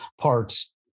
parts